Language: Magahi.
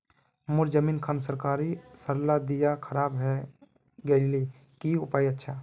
मोर जमीन खान सरकारी सरला दीया खराब है गहिये की उपाय अच्छा?